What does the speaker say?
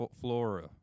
flora